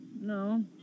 No